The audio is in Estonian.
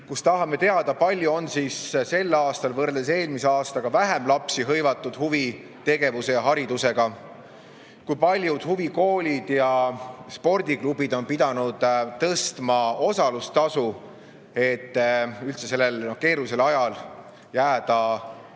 kus tahame teada, kui palju on sel aastal võrreldes eelmise aastaga vähem lapsi hõivatud huvitegevuse ja ‑haridusega, kui paljud huvikoolid ja spordiklubid on pidanud tõstma osalustasu, et üldse sellel keerulisel ajal jääda